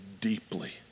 deeply